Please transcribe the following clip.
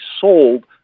sold